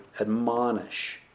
admonish